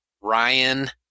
Ryan